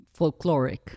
folkloric